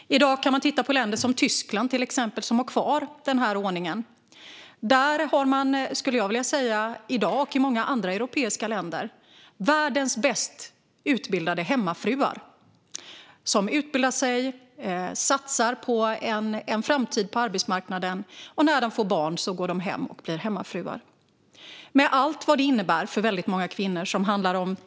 I dag kan man titta på länder som Tyskland, som har kvar den här ordningen. Där och i många andra europeiska länder har man i dag, skulle jag vilja säga, världens bäst utbildade hemmafruar. Kvinnor utbildar sig och satsar på en framtid på arbetsmarknaden. När de sedan får barn går de hem och blir hemmafruar, med allt vad det innebär för väldigt många kvinnor.